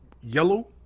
yellow